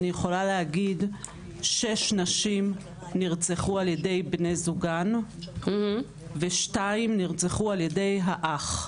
אני יכולה להגיד שיש נשים נרצחו על ידי בני זוגן ו-2 נרצחו על ידי האח.